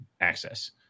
access